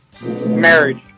Marriage